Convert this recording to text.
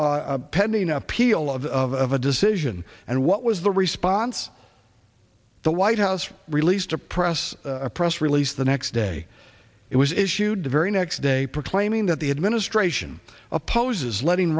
pending appeal of a decision and what was the response the white house released a press a press release the next day it was issued the very next day proclaiming that the administration opposes letting